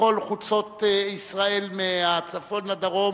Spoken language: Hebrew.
בכל חוצות ישראל, מהצפון לדרום